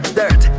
dirt